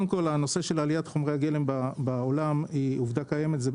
הנושא של עליית חומרי הגלם בעולם הוא עובדה קיימת.